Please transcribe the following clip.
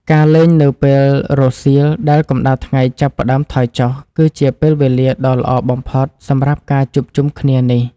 ការលេងនៅពេលរសៀលដែលកម្តៅថ្ងៃចាប់ផ្ដើមថយចុះ គឺជាពេលវេលាដ៏ល្អបំផុតសម្រាប់ការជួបជុំគ្នានេះ។